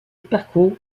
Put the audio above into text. parcours